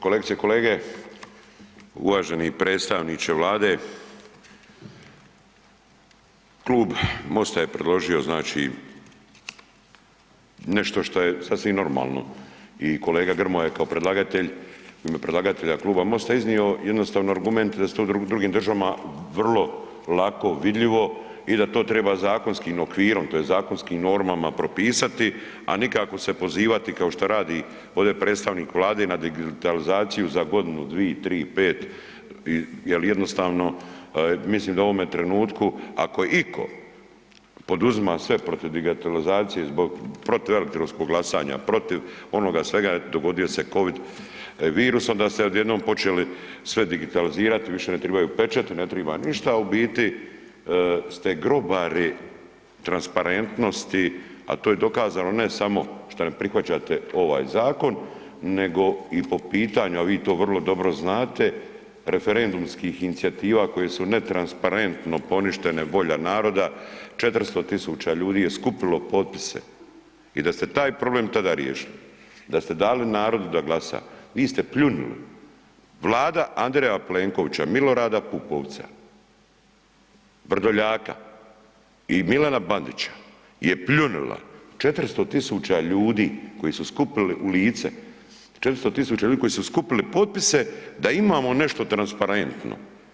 Kolegice i kolege, uvaženi predstavniče Vlade, Klub MOST-a je predložio znači nešto šta je sasvim normalno i kolega Grmoja je kao predlagatelj, u ime predlagatelja Kluba MOST-a iznio jednostavno argumente da se to u drugim državama vrlo lako vidljivo i da to treba zakonskim okvirom tj. zakonskim normama propisati, a nikako se pozivati kao što radi ovde predstavnik Vlade na digitalizaciju za godinu 2, 3, 5 jel jednostavno mislim da u ovome trenutku ako itko poduzima sve protiv digitalizacije, protiv elektronskog glasanja, protiv onoga svega, dogodio se Covid virus onda se odjednom počeli sve digitalizirati, više ne triba pečati, ne triba ništa, a u biti ste grobari transparentnosti, a to je dokaz ne samo šta ne prihvaćate ovaj zakon, nego i po pitanju, a vi to vrlo dobro znate referendumskih inicijative koje su netransparentno poništene, volja naroda, 400.000 ljudi je skupilo potpise i da ste taj problem tada riješili, da ste dali narodu da glasa, vi ste pljunuli, Vlada Andreja Plenkovića, Milorada Pupovca, Vrdoljaka i Milana Bandića je pljunula 400.000 ljudi koji su skupili, u lice, 400.000 ljudi koji su skupili potpise da imamo nešto transparentno.